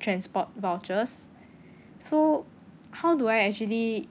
transport vouchers so how do I actually